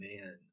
man